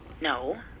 No